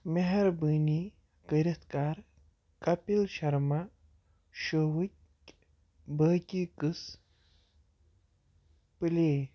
مہربٲنی کٔرِتھ کَر کپِل شرما شووٕکۍ بٲقٕی قٕصہٕ پُلے